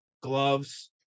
gloves